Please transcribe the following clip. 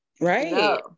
Right